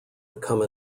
become